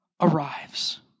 arrives